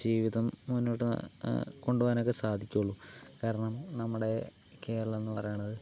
ജീവിതം മുന്നോട്ടു കൊണ്ടു പോകാനൊക്കെ സാധിക്കുകയുള്ളൂ കാരണം നമ്മുടെ കേരളം എന്നു പറയുന്നത്